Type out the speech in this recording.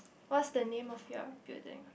what's the name of your building